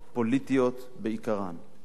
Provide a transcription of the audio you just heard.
פוליטיות בעיקרן.